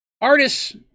artists